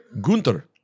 Gunther